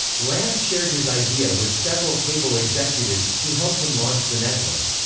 lamb shared his idea with several cable executives, who helped him launch the network.